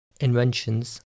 inventions